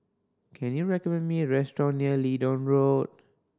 can you recommend me a restaurant near Leedon Road